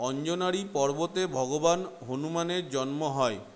অঞ্জনাদ্রি পর্বতে ভগবান হনুমানের জন্ম হয়